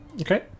Okay